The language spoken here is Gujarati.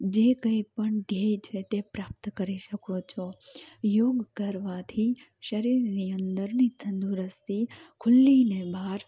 જે કંઈપણ ધ્યેય છે તે પ્રાપ્ત કરી શકો છો યોગ કરવાથી શરીરની અંદરની તંદુરસ્તી ખૂલીને બહાર